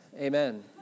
Amen